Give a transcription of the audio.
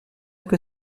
que